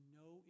no